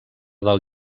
del